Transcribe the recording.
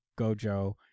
Gojo